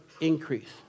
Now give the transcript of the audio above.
increase